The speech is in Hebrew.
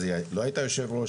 אז היא לא היתה יושב ראש,